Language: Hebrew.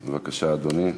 בבקשה, אדוני.